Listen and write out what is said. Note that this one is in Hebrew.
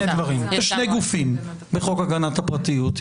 יש שני גופים בחוק הגנת הפרטיות.